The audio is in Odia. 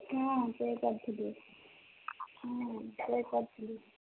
ହଁ ଚେକ୍ କରିଥିଲି ହଁ ଚେକ୍ କରିଥିଲି